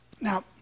Now